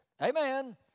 Amen